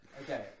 Okay